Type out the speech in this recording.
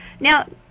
Now